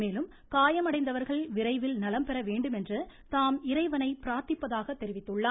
மேலும் காயமடைந்தவர்கள் விரைவில் நலம் பெற வேண்டுமென்று தாம் இறைவனை பிரார்த்திப்பதாக தெரிவித்துள்ளார்